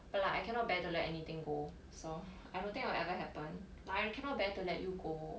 but like I cannot bear to let anything go so I don't think it will ever happen like I cannot bear to let you go